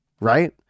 right